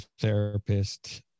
therapist